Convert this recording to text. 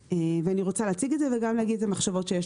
ואני רוצה להציג את זה וגם להגיד את המחשבות שיש